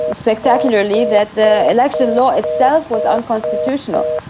spectacularly, that the election law itself was unconstitutional.